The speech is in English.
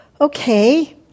okay